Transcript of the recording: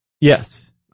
Yes